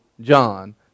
John